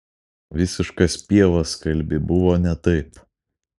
visiškas pievas kalbi buvo ne taip